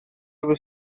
was